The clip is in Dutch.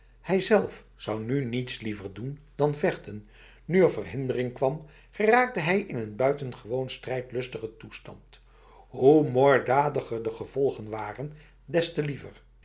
was hijzelf zou nu niets liever doen dan vechten nu er verhindering kwam geraakte hij in een buitengewoon strijdlustige toestand hoe moorddadiger de gevolgen waren des te liever